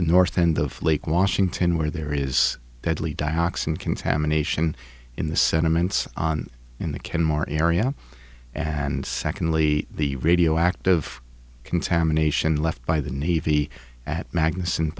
north end of lake washington where there is deadly dioxin contamination in the sentiments in the kenmore area and secondly the radioactive contamination left by the navy at magn